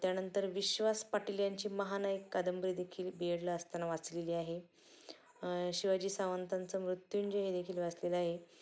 त्यानंतर विश्वास पाटील यांंची महान एक कादंबरीदेखील बी एडला असताना वाचलेली आहे शिवाजी सावंतांचं मृत्युंजय हे देेखील वाचलेलं आहे